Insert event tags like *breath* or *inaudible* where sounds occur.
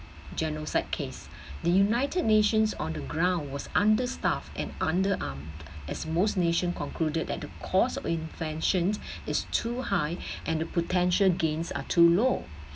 genocide case the united nations on the ground was understaffed and underarm as most nation concluded that the cost of invention *breath* is too high *breath* and the potential gains are too low